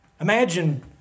Imagine